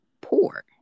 poor